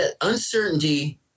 uncertainty